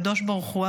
הקדוש ברוך הוא,